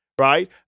Right